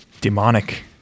demonic